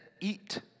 eat